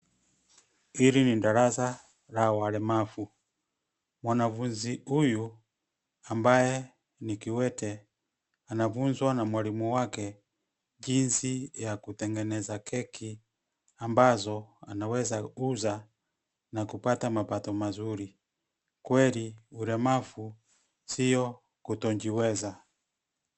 Hili ni darasa la walemavu. Mwanafunzi huyu ambaye ni kiwete anafunzwa na mwalimu wake jinsi ya kutengeneza keki ambazo anaweza uza na kupata mapato mazuri. Kweli ulemavu sio kutojiweza.